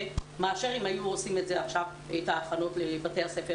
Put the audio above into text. מאשר אם היו עושים עכשיו את ההכנות לחזרה לבתי הספר